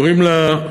קוראים לה: